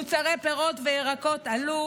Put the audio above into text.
מוצרי פירות וירקות עלו,